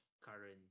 current